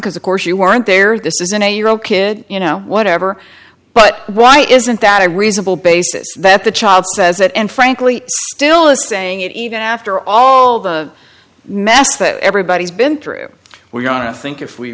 because of course you weren't there this is an eight year old kid you know whatever but why isn't that a reasonable basis that the child says that and frankly still is saying it even after all the mass that everybody's been through we're going to think if we